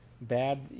bad